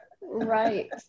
right